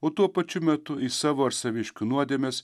o tuo pačiu metu į savo ar saviškių nuodėmes